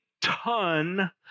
ton